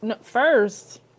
First